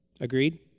Agreed